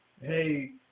hey